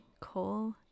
Cole